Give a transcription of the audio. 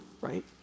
right